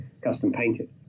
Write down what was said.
custom-painted